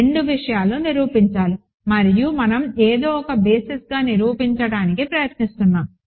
రెండు విషయాలు నిరూపించాలి మరియు మనం ఏదో ఒక బేసిస్గా నిరూపించడానికి ప్రయత్నిస్తున్నాము